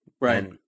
Right